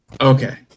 Okay